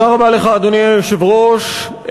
אדוני היושב-ראש,